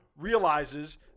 realizes